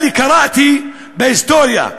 אלה דברים שקראתי שבהיסטוריה,